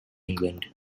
england